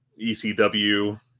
ECW